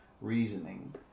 reasoning